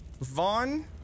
Vaughn